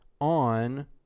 on